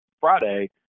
Friday